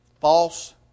false